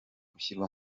gushyirwa